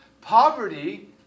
Poverty